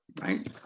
right